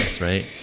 right